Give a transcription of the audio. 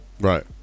right